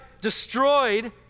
destroyed